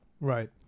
Right